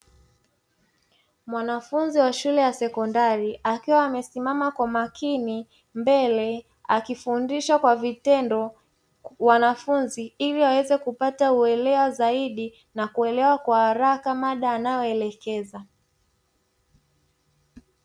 Mwanafunzi wa shule ya sekondari akiwa amesimama kwa makini, mbele akifundisha kwa vitendo wanafunzi. Ili waweze kupata uelewa zaidi na kuelewa kwa haraka mada anayoelekeza.